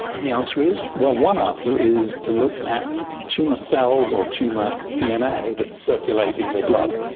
and the answer is? well, one answer is to look at tumour cells or tumour dna that circulate in your blood,